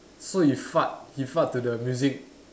so he fart he fart to the music